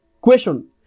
Question